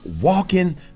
walking